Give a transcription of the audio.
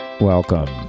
Welcome